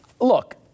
Look